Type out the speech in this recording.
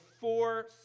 four